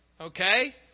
Okay